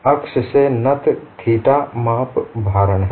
अक्ष से नत थीटा माप भारण है